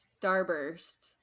Starburst